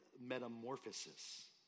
metamorphosis